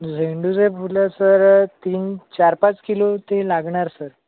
झेंडूचे फुलं सर तीन चार पाच किलो ती लागणार सर